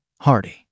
Hardy